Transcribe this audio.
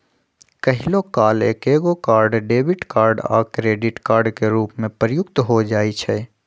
कहियो काल एकेगो कार्ड डेबिट कार्ड आ क्रेडिट कार्ड के रूप में प्रयुक्त हो जाइ छइ